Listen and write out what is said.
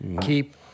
Keep